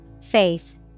Faith